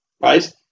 Right